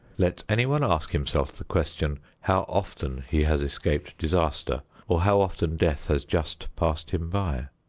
let anyone ask himself the question how often he has escaped disaster or how often death has just passed him by.